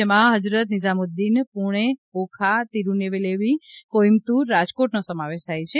જેમાં હજરત નિઝામુદ્દીન પુણે ઓખા તિરૂનેલેવેલી કોઇમ્બતુર રાજકોટનો સમાવેશ થાય છે